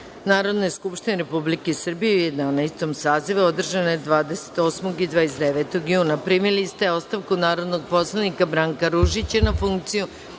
Narodne skupštine Republike Srbije u Jedanaestom sazivu, održane 28. i 29. juna 2017. godine. Primili ste ostavku narodnog poslanika Branka Ružića na funkciju